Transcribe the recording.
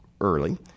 early